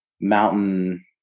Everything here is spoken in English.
mountain